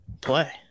play